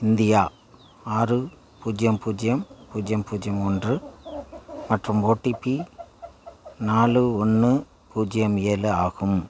India ஆறு பூஜ்ஜியம் பூஜ்ஜியம் பூஜ்ஜியம் பூஜ்ஜியம் ஒன்று மற்றும் ஓடிபி நாலு ஒன்று பூஜ்ஜியம் ஏழு ஆகும்